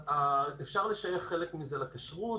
אפשר לשייך חלק מזה לכשרות.